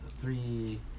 three